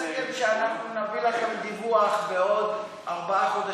שאנחנו נביא לכם דיווח בנושא בעוד ארבעה חודשים.